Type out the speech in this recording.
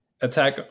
attack